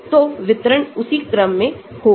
तो वितरण उसी क्रम में होगा